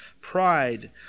pride